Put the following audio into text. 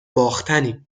باختنیم